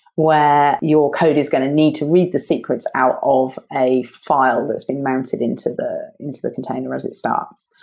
where your code is going to need to read the secrets out of a file that's been mounted into the into the container as it starts.